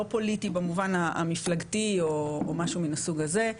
לא פוליטי במובן המפלגתי או משהו מן הסוג הזה,